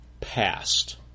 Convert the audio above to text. past